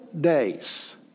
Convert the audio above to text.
days